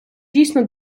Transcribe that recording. дійсно